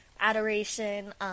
adoration